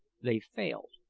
they failed.